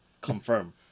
Confirm